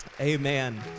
Amen